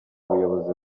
ubuyobozi